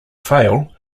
fail